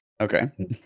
Okay